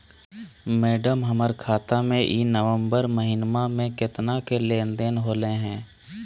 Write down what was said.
madam, हमर खाता में ई नवंबर महीनमा में केतना के लेन देन होले है